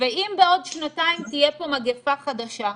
ואם בעוד שנתיים תהיה פה מגפה חדשה?